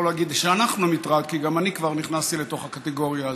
אני יכול להגיד שאנחנו מטרד כי גם אני כבר נכנסתי לתוך הקטגוריה הזאת.